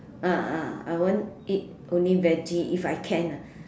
ah ah I want eat only veggie if I can ah